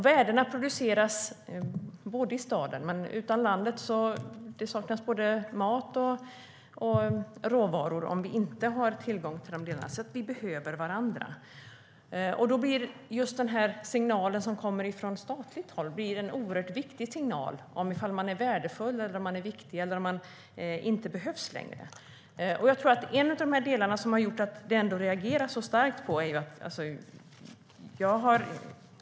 Värdena produceras även i staden, men utan landet saknas det både mat och råvaror, om vi inte har tillgång till de delarna. Vi behöver alltså varandra. Just signalen från statligt håll blir då oerhört viktig. Är man värdefull, viktig eller behövs man inte längre? En av delarna som man reagerar starkt på är listan.